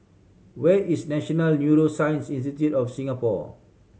where is National Neuroscience Institute of Singapore